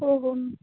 हो हो म